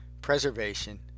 preservation